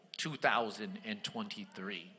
2023